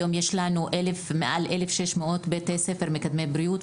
היום יש לנו מעל 1,600 בתי ספר מקדמי בריאות,